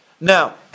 Now